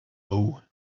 know